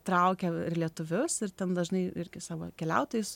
traukia lietuvius ir ten dažnai irgi savo keliautojus